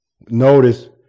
Notice